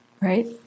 right